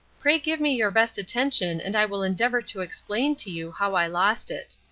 pray give me your best attention and i will endeavour to explain to you how i lost it.